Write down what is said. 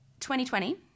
2020